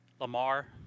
Lamar